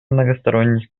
многосторонних